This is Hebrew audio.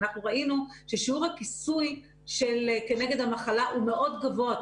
אנחנו ראינו ששיעור הכיסוי כנגד המחלה הוא מאוד גבוה,